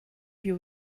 you